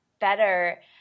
better